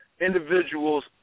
individuals